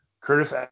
Curtis